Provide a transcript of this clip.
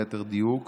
ליתר דיוק,